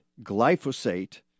glyphosate